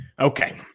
Okay